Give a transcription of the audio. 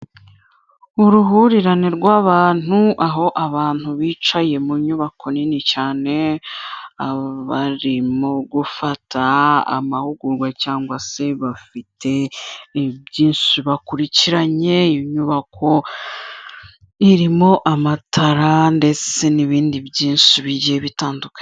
Uruhurirane rw'abantu, aho abantu bicaye mu nyubako nini cyane, barimo gufata amahugurwa cyangwa se bafite byinshi bakurikiranye, inyubako irimo amatara ndetse n'ibindi byinshi bigiye bitandukanye.